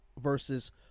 versus